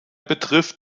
betrifft